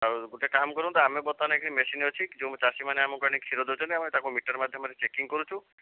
ଆଉ ଗୁଟେ କାମ୍ କରନ୍ତୁ ଆମେ ବର୍ତ୍ତମାନ୍ ଏଠି ମେସିନ୍ ଅଛି ଯେଉଁ ଚାଷୀମାନେ ଆମକୁ ଆଣି କ୍ଷୀର ଦେଉଛନ୍ତି ଆମେ ତା'କୁ ମିଟର୍ ମାଧ୍ୟମରେ ଚେକିଂ କରୁଛୁ